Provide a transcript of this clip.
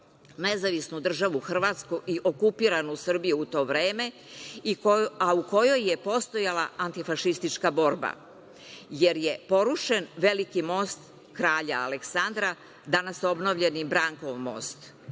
je povezivalo NDH i okupiranu Srbiju u to vreme, a u kojoj je postojala antifašistička borba, jer je porušen Veliki most kralja Aleksandra, danas obnovljeni Brankov most,